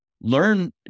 learn